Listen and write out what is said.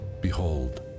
Behold